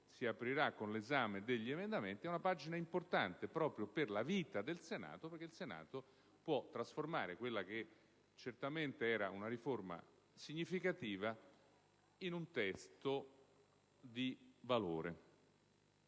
tra poco con l'esame degli emendamenti, sia importante proprio per la vita del Senato, perché il Senato può trasformare quella che certamente era una riforma significativa in un testo di valore.